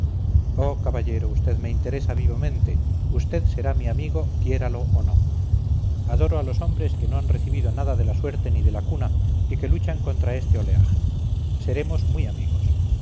caballero usted me interesa vivamente usted será mi amigo quiéralo o no adoro a los hombres que no han recibido nada de la suerte ni de la cuna y que luchan contra este oleaje seremos muy amigos